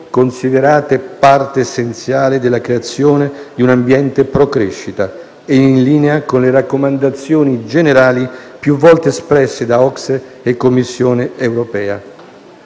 considerate parte essenziale della creazione di un ambiente pro crescita e in linea con le raccomandazioni generali più volte espresse da OCSE e Commissione europea.